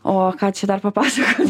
o ką čia dar papasakot